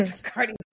Cardi